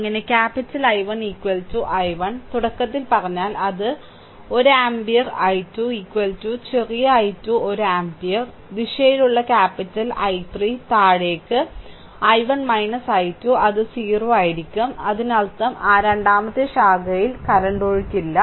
അങ്ങനെ capital I1 I1 തുടക്കത്തിൽ പറഞ്ഞാൽ അത് 1 ആമ്പിയർ I2 ചെറിയ I2 1 ആമ്പിയർ ദിശയിലുള്ള ക്യാപ്പിറ്റൽ I3 താഴേക്ക് I1 I2 അത് 0 അതിനർത്ഥം ആ രണ്ടാമത്തെ ശാഖയിൽ നിലവിലെ ഒഴുക്കില്ല